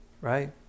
right